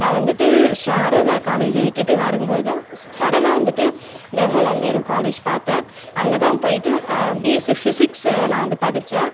நான் வந்துட்டு சாரதா காலேஜை விட்டுட்டு வரும் போதுதான் சடனாக வந்துட்டு ஜவஹர்லால் நேரு காலேஜ் பார்த்தேன் அங்கேதான் போய்ட்டு பிஎஸ்சி ஃபிசிக்ஸ் நான் வந்து படித்தேன்